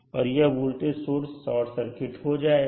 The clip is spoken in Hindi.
और यह वोल्टेज सोर्स शॉर्ट सर्किट हो जाएगा